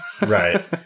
Right